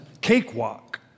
cakewalk